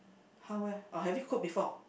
how well or have you cook before